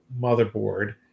motherboard